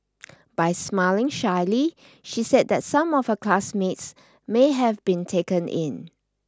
by smiling shyly she said that some of her classmates may have been taken in